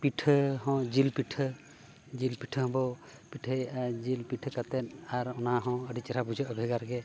ᱯᱤᱴᱷᱟᱹ ᱦᱚᱸ ᱡᱤᱞ ᱯᱤᱴᱷᱟᱹ ᱵᱚ ᱯᱤᱴᱷᱟᱹᱭᱮᱜᱼᱟ ᱡᱤᱞ ᱯᱤᱴᱷᱟᱹ ᱠᱟᱛᱮᱫ ᱟᱨ ᱚᱱᱟ ᱦᱚᱸ ᱟᱹᱰᱤ ᱪᱮᱨᱦᱟ ᱵᱩᱡᱷᱟᱹᱜᱼᱟ ᱵᱷᱮᱜᱟᱨ ᱜᱮ